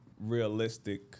realistic